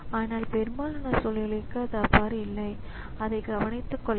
ஒரு ப்ரோக்ராமை இயக்க அனுமதிப்பது போல இது ஒரு ஃபைலைத் திறக்க அனுமதிக்கிறது